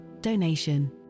donation